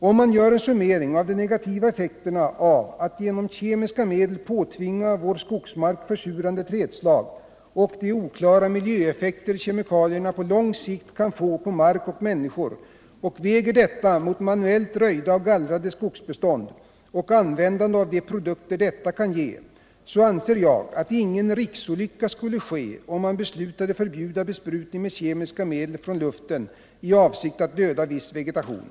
Om man gör en summering av de negativa effekterna av att genom kemiska medel påtvinga vår skogsmark försurande trädslag och de oklara miljöeffekter som kemikalierna på lång sikt kan få på mark och människor och väger detta mot manuellt röjda och gallrade skogsbestånd och användande av de produkter som detta kan ge, anser jag att ingen riksolycka skulle ske om man beslutade förbjuda besprutning med kemiska medel från luften i avsikt att döda viss vegetation.